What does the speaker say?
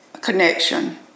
connection